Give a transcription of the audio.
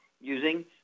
using